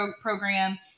program